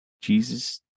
Jesus